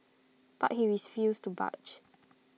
but he refused to budge